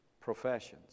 professions